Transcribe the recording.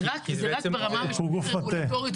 זה רק ברמה המשפטית רגולטורית.